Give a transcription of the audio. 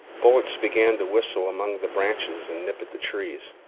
bullets began to whistle among the branches and nip at the trees.